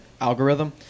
algorithm